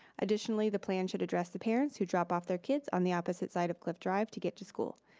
additionally the plan should address the parents who drop off their kids on the opposite side of cliff drive to get to school.